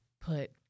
put